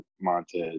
Montez